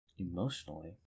emotionally